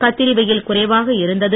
கத்திரி வெயில் குறைவாக இருந்தது